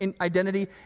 identity